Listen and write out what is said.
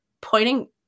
pointing